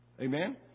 Amen